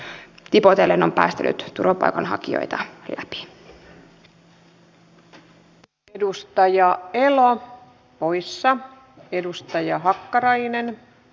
kunnille annetaan siis nykyistä enemmän harkintaa omaa harkintaa järjestää palvelujaan resurssiensa puitteissa